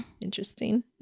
Interesting